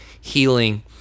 healing